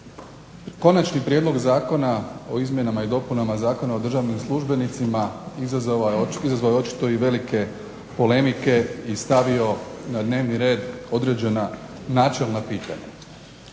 Konačni prijedlog zakona o izmjenama i dopunama zakona o državnim službenicima izazvao je očito i velike polemike i stavio na dnevni red određena načelna pitanja.